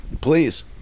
Please